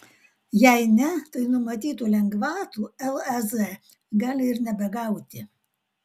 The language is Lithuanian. jei ne tai numatytų lengvatų lez gali ir nebegauti